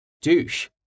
Douche